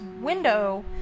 window